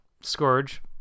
Scourge